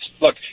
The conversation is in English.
look